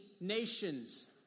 nations